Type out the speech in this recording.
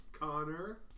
Connor